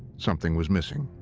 something was missing.